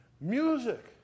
music